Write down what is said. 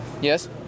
Yes